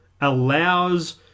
allows